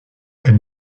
elle